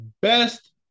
Best